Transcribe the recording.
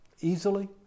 easily